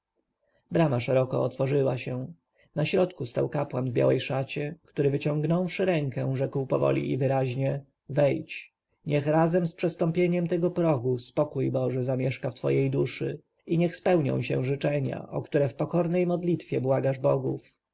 brama szeroko otworzyła się na środku stał kapłan w białej szacie który wyciągnąwszy rękę rzekł powoli i wyraźnie wejdź niech razem z przestąpieniem tego progu spokój boży zamieszka w twojej duszy i niech spełnią się życzenia o które w pokornej modlitwie błagasz bogów